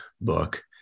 book